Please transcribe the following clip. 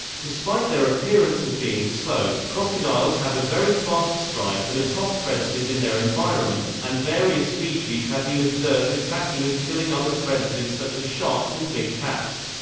despite their appearance of being slow, crocodiles have a very fast strike and are top predators in their environment, and various species have been observed attacking and killing other predators such as sharks and big cats.